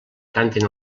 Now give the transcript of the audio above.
canten